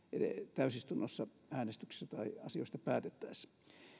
täysistunnossa äänestyksissä tai asioista päätettäessä